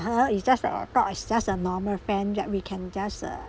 and her it just like a co~ it's just a normal friend that we can just uh